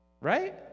Right